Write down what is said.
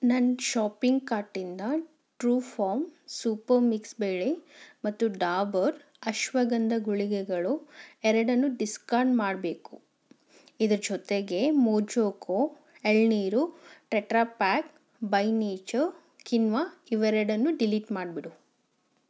ನನ್ನ ಶಾಪಿಂಗ್ ಕಾರ್ಟಿಂದ Truefarm soup mix ಬೇಳೆ ಮತ್ತು ಡಾಬರ್ ಅಶ್ವಗಂಧ ಗುಳಿಗೆಗಳು ಎರಡನ್ನು ಡಿಸ್ಕಾರ್ಡ್ ಮಾಡಬೇಕು ಇದ್ರ ಜೊತೆಗೆ ಮೋಜೊಕೋ ಎಳನೀರು ಟೆಟ್ರಾಪ್ಯಾಕ್ ಬೈ ನೇಚ ಕಿನ್ವಾ ಇವೆರಡನ್ನೂ ಡಿಲೀಟ್ ಮಾಡಿಬಿಡು